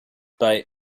bei